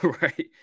Right